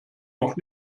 noch